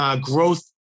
growth